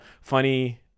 funny